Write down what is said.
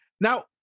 Now